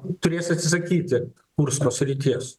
turės atsisakyti kursko srities